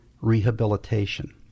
rehabilitation